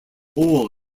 all